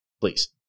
please